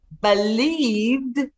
believed